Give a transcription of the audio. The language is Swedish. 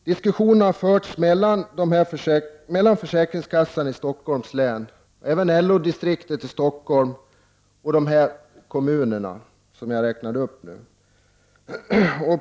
Diskussioner har förts mellan försäkringskassan i Stockholms län, LO-distriktet i Stockholms län och ett antal kommuner i Bergslagen.